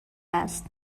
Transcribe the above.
است